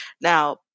Now